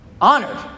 honored